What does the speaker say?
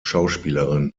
schauspielerin